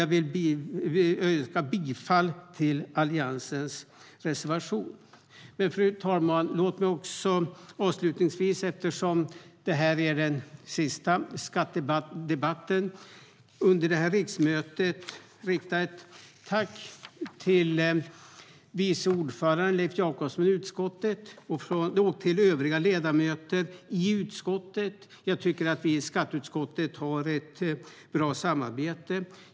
Jag vill yrka bifall till Alliansens reservation. Låt mig också, eftersom det här är den sista skattedebatten under det här riksmötet, rikta ett tack till vice ordföranden i utskottet, Leif Jakobsson, och övriga ledamöter i utskottet. Jag tycker att vi har ett bra samarbete i skatteutskottet.